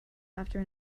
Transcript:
after